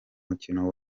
mukino